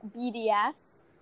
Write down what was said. BDS